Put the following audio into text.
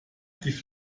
die